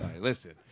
Listen